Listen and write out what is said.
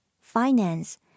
finance